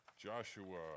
Joshua